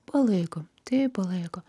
palaiko tai palaiko